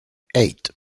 eight